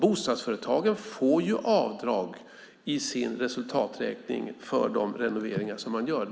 Bostadsföretagen får avdrag i sin resultaträkning för de renoveringar de gör.